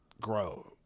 grow